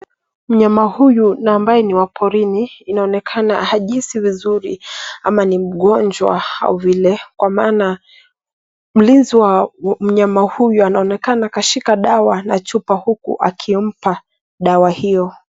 Mnyama huyu na ambaye ni wa porini, inaonekana hajihisi vizuri ama ni mgonjwa kwa vile unaona mlinzi wa mnyama huyu anaonekana kashika dawa na chupa huku akimpa dawa hiyo.